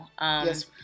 Yes